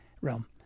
realm